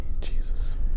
Jesus